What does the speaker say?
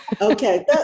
Okay